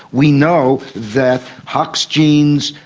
we know that hox genes,